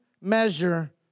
measure